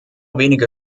wenige